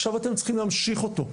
עכשיו אתם צריכים להמשיך אותו,